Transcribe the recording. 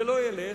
זה לא ילך.